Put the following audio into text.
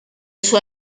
suo